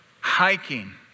hiking